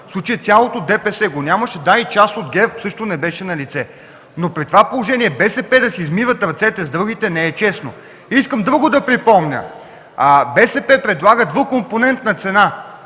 в случая цялото ДПС го нямаше и част от ГЕРБ също не беше налице. Но при това положение БСП да си измиват ръцете с другите не е честно. Искам да припомня друго – БСП предлага двукомпонентна цена